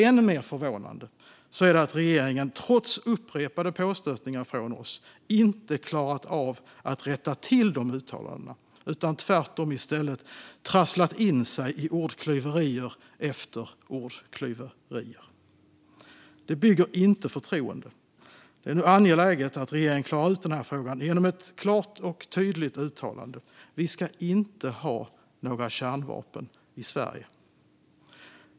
Ännu mer förvånande är att regeringen trots upprepade påstötningar från oss inte har klarat av att rätta till dessa uttalanden utan tvärtom i stället har trasslat in sig i ordklyverier efter ordklyverier. Detta bygger inte förtroende. Det är nu angeläget att regeringen klarar ut denna fråga genom ett klart och tydligt uttalande. Vi ska inte ha några kärnvapen i Sverige.